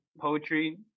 poetry